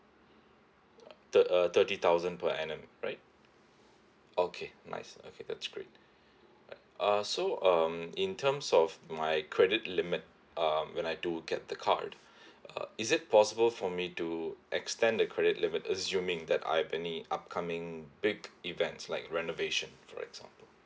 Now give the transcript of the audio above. thir~ uh thirty thousand per annum right okay nice okay that's great uh so um in terms of my credit limit uh when I do get the card uh is it possible for me to extend the credit limit assuming that I have any upcoming big events like renovation for example